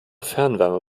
fernwärme